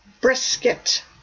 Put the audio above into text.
brisket